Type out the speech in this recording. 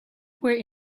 were